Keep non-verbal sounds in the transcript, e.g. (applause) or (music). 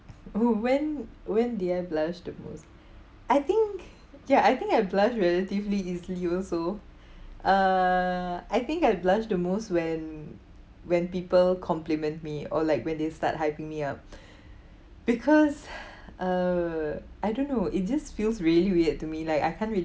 oo when when did I blush the most I think ya I think I blush relatively easily also uh I think I blush the most when when people compliment me or like when they start hyping me up (breath) because (breath) uh I don't know it just feels really weird to me like I can't really